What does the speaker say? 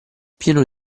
pieno